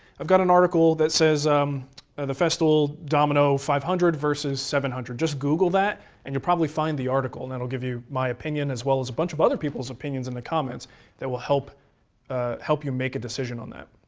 i've got an article that says um ah the festool domino five hundred versus seven hundred. just google that and you'll probably find the article and that will give you my opinion, as well as a bunch of other people's opinions in the comments that will help help you make a decision on that.